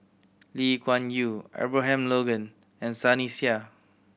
Lee Kuan Yew Abraham Logan and Sunny Sia